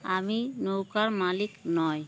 আমি নৌকার মালিক নই